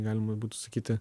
galima būtų sakyti